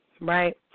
right